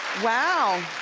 wow.